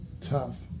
tough